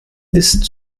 ist